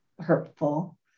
hurtful